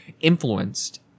influenced